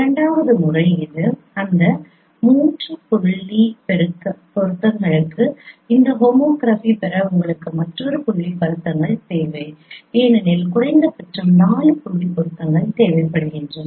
இரண்டாவது முறை அது அந்த 3 புள்ளி பொருத்தங்களுக்கு இந்த ஹோமோகிராஃபி பெற உங்களுக்கு மற்றொரு புள்ளி பொருத்தங்கள் தேவை ஏனெனில் குறைந்தபட்சம் 4 புள்ளி பொருத்தங்கள் தேவைப்படுகின்றன